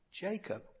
Jacob